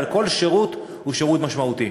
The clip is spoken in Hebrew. אבל כל שירות הוא שירות משמעותי.